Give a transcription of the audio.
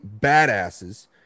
badasses